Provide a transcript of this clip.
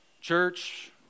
Church